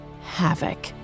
havoc